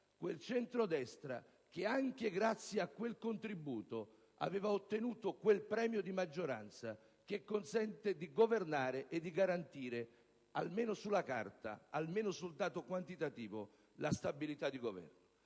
quel centrodestra che, anche grazie a quel contributo, aveva ottenuto quel premio di maggioranza che consente di governare e di garantire - almeno sulla carta, almeno sul dato quantitativo - la stabilità di governo.